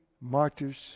martyrs